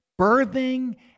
birthing